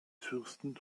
fürsten